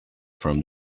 from